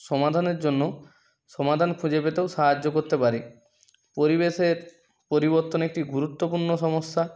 সমাধানের জন্য সমাধান খুঁজে পেতেও সাহায্য করতে পারে পরিবেশের পরিবর্তন একটি গুরুত্বপূ্র্ণ সমস্যা